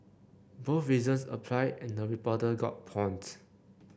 both reasons apply and the reporter got pawned